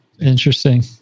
Interesting